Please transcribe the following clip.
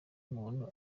muntu